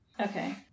Okay